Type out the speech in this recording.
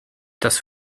das